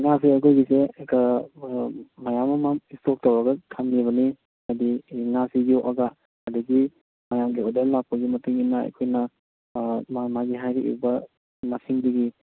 ꯉꯥꯗꯣ ꯑꯩꯈꯣꯏꯒꯤꯁꯦ ꯃꯌꯥꯝ ꯑꯃ ꯁ꯭ꯇꯣꯛ ꯇꯧꯔꯒ ꯊꯝꯃꯤꯕꯅꯤ ꯍꯥꯏꯗꯤ ꯉꯥꯁꯤ ꯌꯣꯀꯑꯒ ꯑꯗꯨꯗꯒꯤ ꯃꯌꯥꯝꯒꯤ ꯑꯣꯔꯗꯔ ꯂꯥꯛꯄꯒꯤ ꯃꯇꯨꯡ ꯏꯟꯅ ꯑꯩꯈꯣꯏꯅ ꯃꯥ ꯃꯥꯒꯤ ꯍꯥꯏꯔꯛꯏꯕ ꯃꯁꯤꯡꯗꯨꯒꯤ